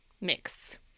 mix